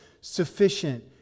sufficient